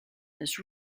this